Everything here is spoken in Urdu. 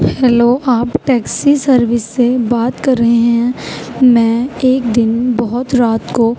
ہیلو آپ ٹیکسی سروس سے بات کر رہے ہیں میں ایک دن بہت رات کو